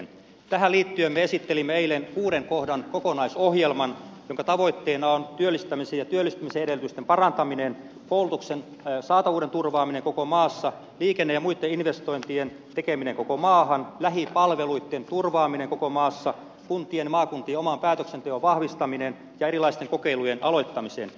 tähän liittyen me esittelimme eilen kuuden kohdan kokonaisohjelman jonka tavoitteena on työllistämisen ja työllistymisen edellytysten parantaminen koulutuksen saatavuuden turvaaminen koko maassa liikenne ja muitten investointien tekeminen koko maahan lähipalveluitten turvaaminen koko maassa kuntien ja maakuntien oman päätöksenteon vahvistaminen ja erilaisten kokeilujen aloittaminen